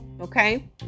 okay